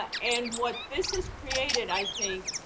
and what this has created, i think,